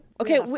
okay